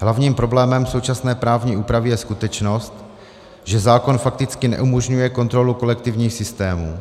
Hlavním problémem současné právní úpravy je skutečnost, že zákon fakticky neumožňuje kontrolu kolektivních systémů.